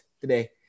today